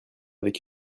avec